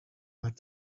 that